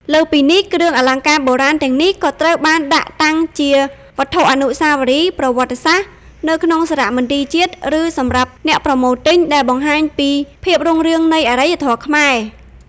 លើសពីនេះ គ្រឿងអលង្ការបុរាណទាំងនេះក៏ត្រូវបានដាក់តាំងជា វត្ថុអនុស្សាវរីយ៍ប្រវត្តិសាស្ត្រ នៅក្នុងសារមន្ទីរជាតិ ឬសម្រាប់អ្នកប្រមូលទិញ ដែលបង្ហាញពីភាពរុងរឿងនៃអរិយធម៌ខ្មែរ។